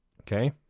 Okay